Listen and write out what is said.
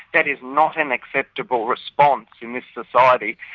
that is not an acceptable response in this society,